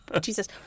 Jesus